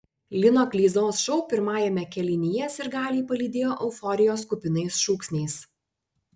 lino kleizos šou pirmajame kėlinyje sirgaliai palydėjo euforijos kupinais šūksniais